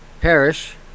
parish